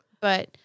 but-